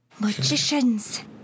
Magicians